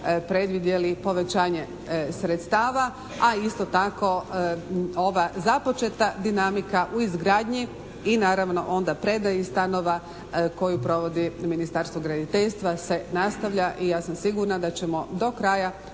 predvidjeli povećanje sredstava, a isto tako ova započeta dinamika u izgradnji i naravno onda predaji stanova koju provodi Ministarstvo graditeljstva se nastavlja i ja sam sigurna da ćemo do kraja